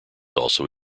also